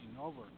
over